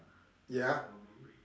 ya